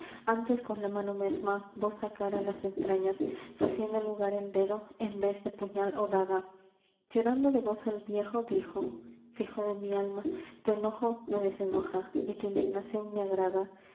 antes con la mano mesma vos sacara las entrañas faciendo lugar el dedo en vez de puñal ó daga llorando de gozo el viejo dijo fijo de mi alma tu enojo me desenoja y tu indignación me agrada